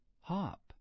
hop